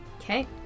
Okay